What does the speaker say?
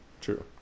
True